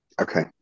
okay